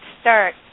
start